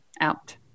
out